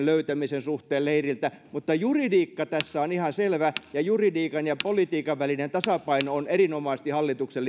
löytämisen suhteen leiriltä mutta juridiikka tässä on ihan selvä ja juridiikan ja politiikan välinen tasapaino on erinomaisesti hallituksen